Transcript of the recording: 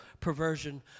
perversion